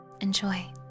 Enjoy